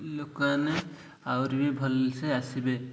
ଲୋକମାନେ ଆହୁରି ବି ଭଲ ସେ ଆସିବେ